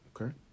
Okay